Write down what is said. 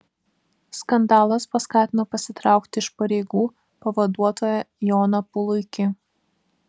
skandalas paskatino pasitraukti iš pareigų pavaduotoją joną puluikį